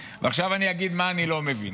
ועכשיו אני אגיד מה אני לא מבין.